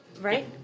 right